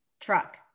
truck